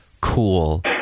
cool